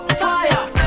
fire